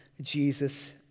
Jesus